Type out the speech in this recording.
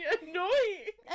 annoying